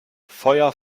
feuer